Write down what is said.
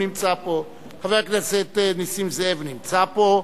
חבר הכנסת נסים זאב נמצא פה,